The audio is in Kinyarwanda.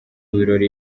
birori